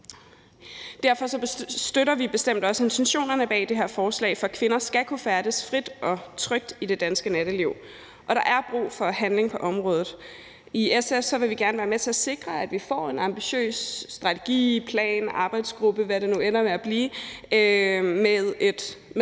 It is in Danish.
Derfor støtter vi bestemt også intentionerne bag det her forslag, for kvinder skal kunne færdes frit og trygt i det danske natteliv, og der er brug for handling på området. I SF vil vi gerne være med til at sikre, at vi får en ambitiøs strategi, plan, arbejdsgruppe, hvad det nu ender med at blive, hvor der